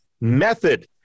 method